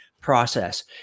process